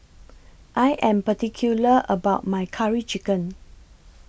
I Am particular about My Curry Chicken